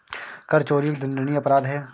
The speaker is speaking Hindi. कर चोरी एक दंडनीय अपराध है